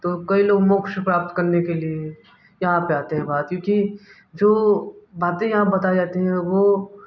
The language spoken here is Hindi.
तो कई लोग मोक्ष प्राप्त करने के लिए यहाँ पे आते हैं भारत क्योंकि जो बातें यहाँ बताए जाती हैं वो